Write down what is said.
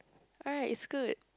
right is good